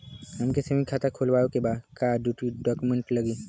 हमके सेविंग खाता खोलवावे के बा का डॉक्यूमेंट लागी?